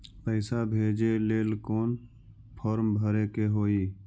पैसा भेजे लेल कौन फार्म भरे के होई?